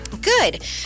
Good